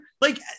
Like-